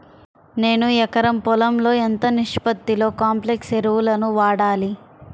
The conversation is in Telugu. నేను ఎకరం పొలంలో ఎంత నిష్పత్తిలో కాంప్లెక్స్ ఎరువులను వాడాలి?